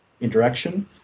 interaction